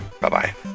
Bye-bye